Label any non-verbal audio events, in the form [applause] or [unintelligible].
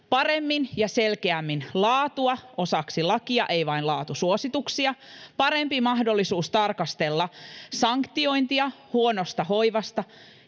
[unintelligible] paremmin ja selkeämmin laatua osaksi lakia ei vain laatusuosituksia parempi mahdollisuus tarkastella sanktiointia huonosta hoivasta